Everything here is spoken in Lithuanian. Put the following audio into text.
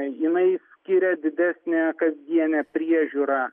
jinai skiria didesnę kasdienę priežiūrą